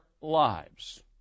lives